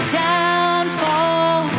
downfall